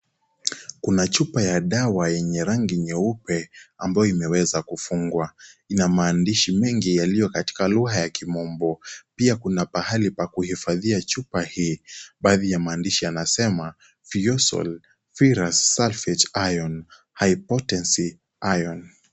Kuja chupa ya dawa yenye rangi nyeupe ambayo imeweza kudungwa. I a maandishi mengi katika lugha ya kimombo pia kuna Mahali pa kuhifadbi chupa hii. Baadhi ya maandishi.